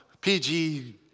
PG